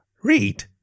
read